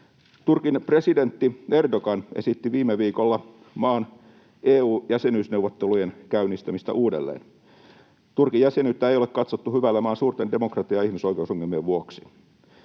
Turkin presidentti Erdoğan esitti viime viikolla maan EU-jäsenyysneuvottelujen käynnistämistä uudelleen. Turkin jäsenyyttä ei ole katsottu hyvällä maan suurten demokratia- ja ihmisoikeusongelmien vuoksi.